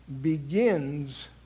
begins